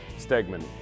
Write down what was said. Stegman